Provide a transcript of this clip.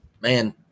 Man